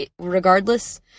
Regardless